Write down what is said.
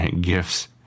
gifts